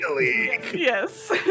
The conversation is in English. Yes